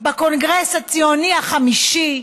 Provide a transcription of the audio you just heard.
בקונגרס הציוני החמישי,